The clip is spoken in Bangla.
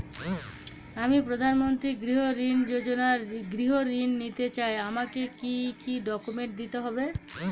আমি প্রধানমন্ত্রী গৃহ ঋণ যোজনায় গৃহ ঋণ নিতে চাই আমাকে কি কি ডকুমেন্টস দিতে হবে?